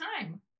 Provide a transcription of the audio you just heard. time